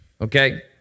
Okay